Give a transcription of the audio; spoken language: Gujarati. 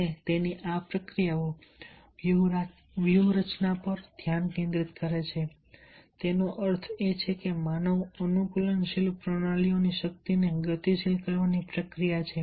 અને પ્રક્રિયાઓ વ્યૂહરચના પર ધ્યાન કેન્દ્રિત કરે છે તેનો અર્થ એ કે માનવ અનુકૂલનશીલ પ્રણાલીઓની શક્તિને ગતિશીલ કરવાની પ્રક્રિયા છે